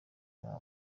habo